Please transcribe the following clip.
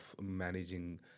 managing